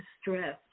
stress